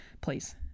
please